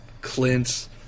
Clint